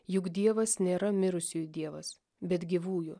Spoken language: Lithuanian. juk dievas nėra mirusiųjų dievas bet gyvųjų